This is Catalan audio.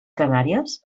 canàries